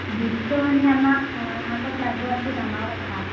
বীজটো মানে আমাক আগত লাগব সেইটো ডাঙৰ কথা